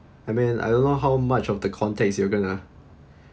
I mean I don't know how much of the context you are going to